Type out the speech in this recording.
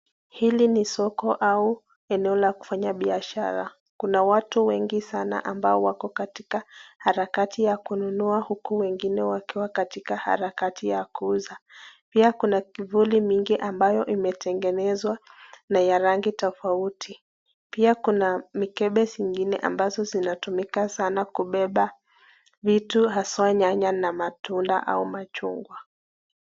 Hili ni soko au eneo la kufanya biashara. Kuna watu wengi sana ambao wako katika harakati ya kununua huku wengine wakiwa katika harakati ya kuuza. Pia kuna kivuli mingi ambayo imetengenezwa na ya rangi tofauti. Pia kuna mikebe zingine ambazo zinatumika sana kubeba vitu haswa nyanya na matunda au machungwa.